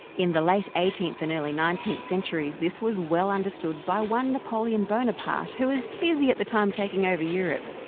in the late eighteenth and early nineteenth centuries this was well understood by one napoleon bonaparte who was busy at the time taking over europe.